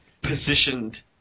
positioned